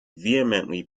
vehemently